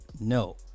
no